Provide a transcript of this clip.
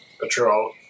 patrol